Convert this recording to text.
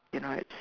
you know it's